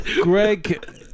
Greg